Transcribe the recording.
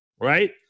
Right